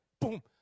Boom